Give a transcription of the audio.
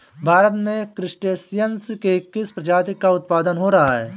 भारत में क्रस्टेशियंस के किस प्रजाति का उत्पादन हो रहा है?